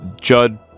Judd